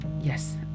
yes